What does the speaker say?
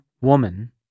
woman